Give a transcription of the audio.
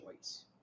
choice